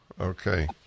Okay